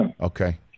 Okay